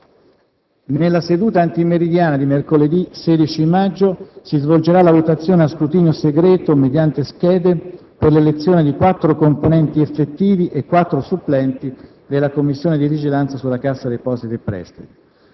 Nella seduta antimeridiana di mercoledì 16 maggio si svolgerà la votazione a scrutinio segreto mediante schede per l'elezione di quattro componenti effettivi e quattro supplenti della Commissione di vigilanza sulla Cassa depositi e prestiti.